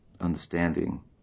understanding